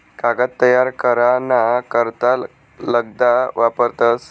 कागद तयार करा ना करता लगदा वापरतस